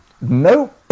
No